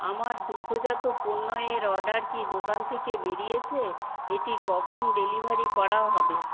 আমার দুগ্ধজাত পণ্য এর অর্ডার কি দোকান থেকে বেরিয়েছে এটি কখন ডেলিভারি করা হবে